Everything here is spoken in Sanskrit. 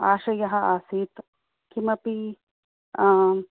आशयः आसीत् किमपि